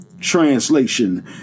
translation